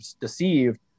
deceived